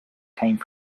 came